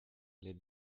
les